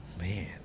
man